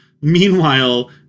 meanwhile